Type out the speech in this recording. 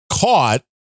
caught